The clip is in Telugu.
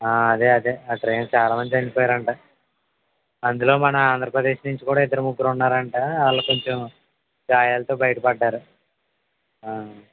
అదే అదే ఆ ట్రైన్లో చాలామంది చనిపోయారు అంట అందులో మన ఆంధ్రప్రదేశ్ నుంచి కూడా ఇద్దరు ముగ్గురు ఉన్నారు అంట వాళ్లకు కొంచెం గాయాలతో బయట పడ్డారు